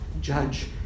judge